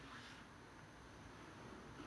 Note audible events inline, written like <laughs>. இல்ல:illa <laughs>